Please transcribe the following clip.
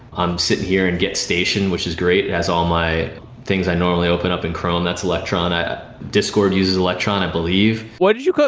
i'm sitting here in get station, which is great and as all my things i normally open up in chrome that's electron. discord uses electron, i believe what did you call